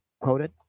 quoted